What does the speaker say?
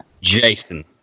Jason